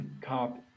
cop